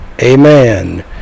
Amen